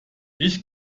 ich